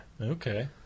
Okay